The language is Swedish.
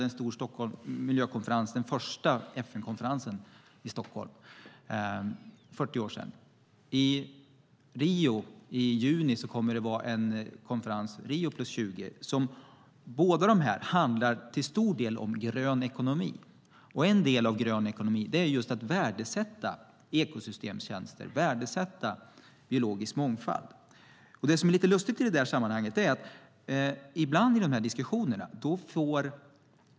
Det är 40 år sedan vi hade den första FN-konferensen om miljö i Stockholm. I Rio kommer det att hållas en konferens i juni, Rio + 20. Båda dessa handlar till stor del om grön ekonomi. En del av grön ekonomi är just att värdesätta ekosystemtjänster och biologisk mångfald. Det finns något som är lite lustigt i sammanhanget.